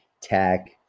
tech